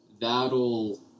that'll